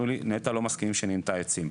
אומרים לי: נת"ע לא מסכימים שניטע עצים.